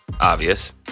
obvious